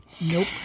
Nope